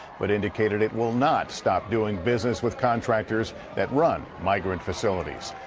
but indicated it will not stop doing business with contractors that run migrant facilities.